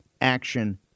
action